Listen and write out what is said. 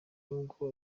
nubwo